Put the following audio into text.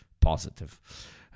positive